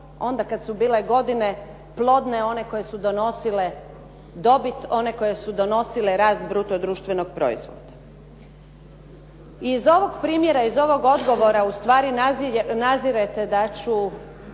onda kada su bile godine plodne koje su donosile dobit, one koje su donosile rast bruto društvenog proizvoda. Iz ovog primjera i iz ovog odgovora ustvari nadzirete da ću